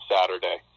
Saturday